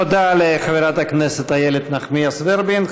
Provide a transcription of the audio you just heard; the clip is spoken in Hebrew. תודה לחברת הכנסת איילת נחמיאס ורבין.